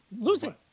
Losing